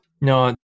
no